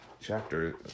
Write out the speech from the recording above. chapter